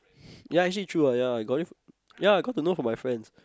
ya actually true ah I got it ya cause I know from my friends